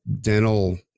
dental